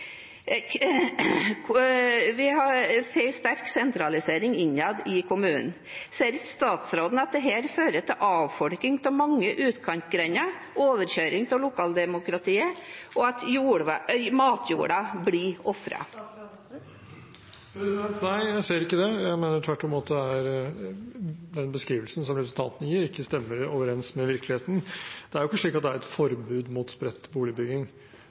Vi får en sterk sentralisering innad i kommunen. Ser ikke statsråden at dette fører til avfolking av mange utkantgrender, overkjøring av lokaldemokratiet, og at matjorda blir ofret? Nei, jeg ser ikke det. Jeg mener tvert imot at den beskrivelsen representanten gir, ikke stemmer overens med virkeligheten. Det er ikke slik at det er et forbud mot spredt boligbygging,